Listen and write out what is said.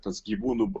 tas gyvūnų